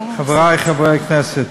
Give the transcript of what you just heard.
חברי חברי הכנסת,